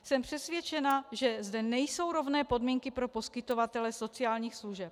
Jsem přesvědčena, že zde nejsou rovné podmínky pro poskytovatele sociálních služeb.